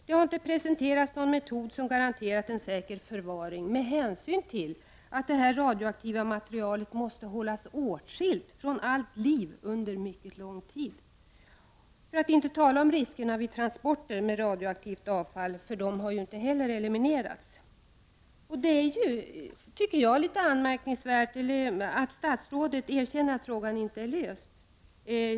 Det har inte presenterats någon metod som garanterar en säker förvaring med tanke på att detta radioaktiva material måste hållas åtskilt från allt liv under en mycket lång tid. Inte heller har riskerna med transporter av radioaktivt avfall eliminerats. Jag tycker att det är litet anmärkningsvärt att statsrådet erkänner att frågan inte är löst.